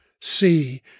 see